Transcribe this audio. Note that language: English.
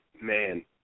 Man